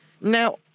Now